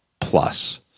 plus